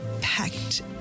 packed